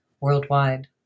worldwide